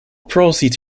proceeds